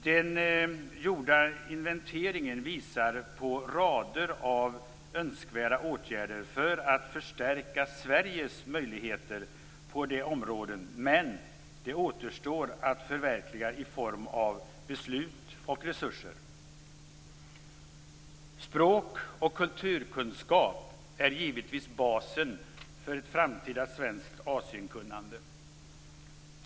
Den gjorda inventeringen visar på rader av önskvärda åtgärder för att förstärka Sveriges möjligheter på det området. Men det återstår att förverkliga i form av beslut och resurser. Språk och kulturkunskap är givetvis basen för ett framtida svenskt Asienkunnande.